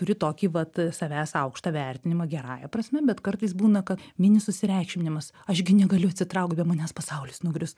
turi tokį vat savęs aukštą vertinimą gerąja prasme bet kartais būna kad mini susireikšminimas aš gi negaliu atsitraukt be manęs pasaulis nugrius